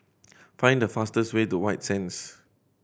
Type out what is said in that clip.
find the fastest way to White Sands